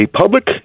public